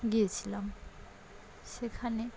গিয়েছিলাম সেখানে